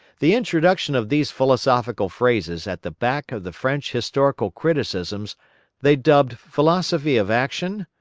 the introduction of these philosophical phrases at the back of the french historical criticisms they dubbed philosophy of action,